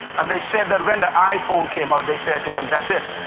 and they said that when the iphone came out, they said to him that's it,